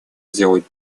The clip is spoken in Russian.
сделать